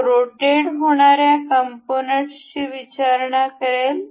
हे रोटेट होणाऱ्या कंपोनेंट्सची विचारणा करते